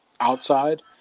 outside